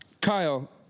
Kyle